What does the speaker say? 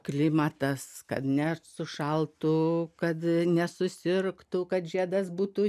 klimatas kad nesušaltų kad nesusirgtų kad žiedas būtų